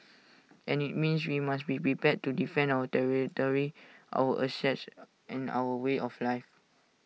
and IT means we must be prepared to defend our territory our assets and our way of life